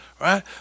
Right